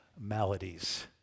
Maladies